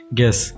guess